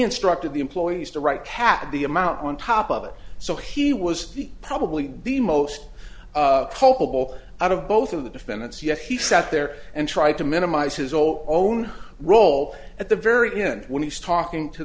instructed the employees to write cat the amount on top of it so he was probably the most culpable out of both of the defendants yet he sat there and tried to minimize his old own role at the very end when he was talking to